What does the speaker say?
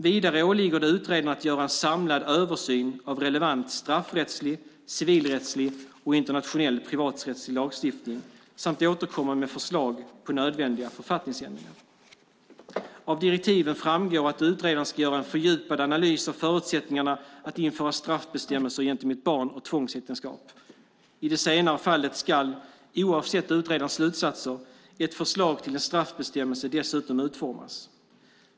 Vidare åligger det utredaren att göra en samlad översyn av relevant straffrättslig, civilrättslig och internationell privaträttslig lagstiftning samt att återkomma med förslag på nödvändiga författningsändringar. Av direktiven framgår att utredaren ska göra en fördjupad analys av förutsättningarna att införa straffbestämmelser gentemot barn och tvångsäktenskap. I det senare fallet ska - oavsett utredarens slutsatser - ett förslag till en straffbestämmelse dessutom utformas.